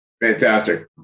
Fantastic